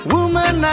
Woman